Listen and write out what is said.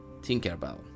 Tinkerbell